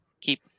keep